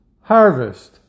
harvest